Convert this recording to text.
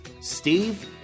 Steve